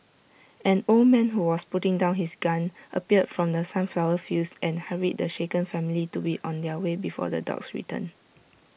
an old man who was putting down his gun appeared from the sunflower fields and hurried the shaken family to be on their way before the dogs return